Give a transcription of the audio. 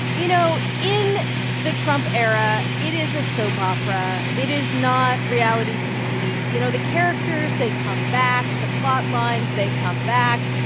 you know, in the trump era, it is a soap opera. it is not reality tv. you know, the characters they come back. the plotlines they come back.